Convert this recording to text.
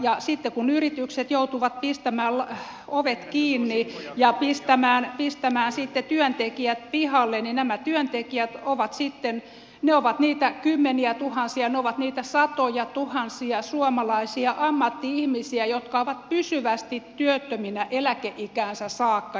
ja sitten kun yritykset joutuvat pistämään ovet kiinni ja pistämään sitten työntekijät pihalle niin nämä työntekijät ovat sitten niitä kymmeniätuhansia ne ovat niitä satojatuhansia suomalaisia ammatti ihmisiä jotka ovat pysyvästi työttöminä eläkeikäänsä saakka